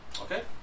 Okay